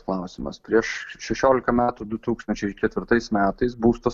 klausimas prieš šešiolika metų du tūkstančiai ketvirtais metais būsto